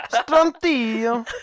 Strontium